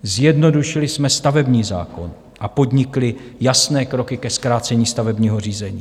Zjednodušili jsme stavební zákon a podnikli jasné kroky ke zkrácení stavebního řízení.